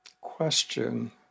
question